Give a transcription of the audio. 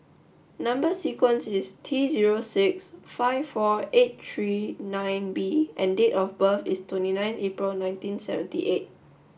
number sequence is T zero six five four eight three nine B and date of birth is twenty nine April nineteen seventy eight